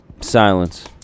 Silence